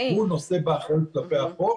הוא נושא באחריות כלפי החוק.